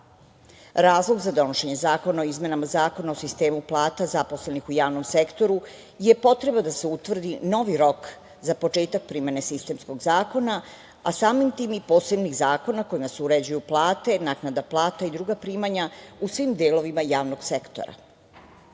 rada. Razlog za donošenje zakona o izmenama Zakona o sistemu plata zaposlenih u javnom sektoru je potreba da se utvrdi novi rok za početak primene sistemskog zakona, a samim tim i posebnih zakona kojima se uređuju plate, naknada plata i druga primanja u svim delovima javnog